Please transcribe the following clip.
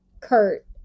Kurt